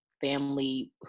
family